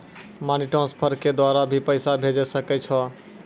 Money transfer के द्वारा भी पैसा भेजै सकै छौ?